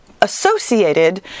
associated